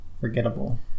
forgettable